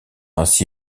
ainsi